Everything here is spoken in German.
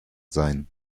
sein